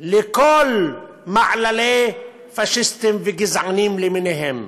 לכל מעללי פאשיסטים וגזענים למיניהם.